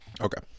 Okay